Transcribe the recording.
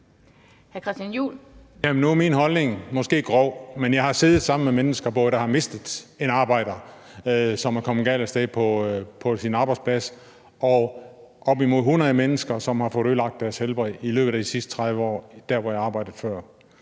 Nu er min holdning måske grov, men jeg har siddet sammen med mennesker, der har mistet en arbejder, som er kommet galt af sted på sin arbejdsplads, og op imod 100 mennesker, som har fået ødelagt deres helbred i løbet af de sidste 30 år der, hvor jeg arbejdede før.